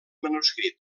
manuscrit